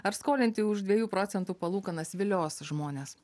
ar skolinti už dviejų procentų palūkanas vilios žmones